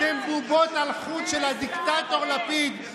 אתם בובות על חוט של הדיקטטור לפיד.